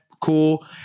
cool